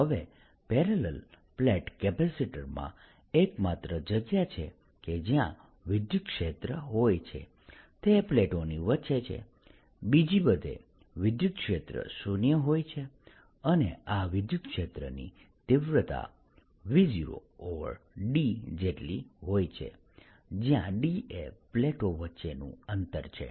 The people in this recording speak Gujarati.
હવે પેરેલલ પ્લેટ કેપેસિટરમાં એક માત્ર જગ્યા કે જ્યાં વિદ્યુતક્ષેત્ર હોય છે તે પ્લેટોની વચ્ચે છે બીજે બધે વિદ્યુતક્ષેત્ર શુન્ય હોય છે અને આ વિદ્યુતક્ષેત્રની તીવ્રતા V0d જેટલી હોય છે જ્યાં d એ પ્લેટો વચ્ચેનું અંતર છે